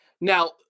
Now